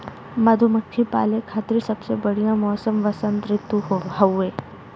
मधुमक्खी पाले खातिर सबसे बढ़िया मौसम वसंत ऋतु हउवे